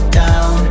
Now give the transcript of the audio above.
down